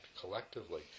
collectively